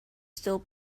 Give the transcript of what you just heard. still